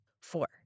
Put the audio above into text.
Four